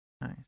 nice